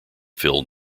phil